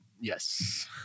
Yes